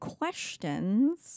questions